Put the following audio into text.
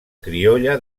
criolla